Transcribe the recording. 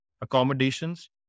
Accommodations